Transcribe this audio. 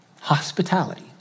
hospitality